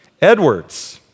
Edwards